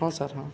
ହଁ ସାର୍ ହଁ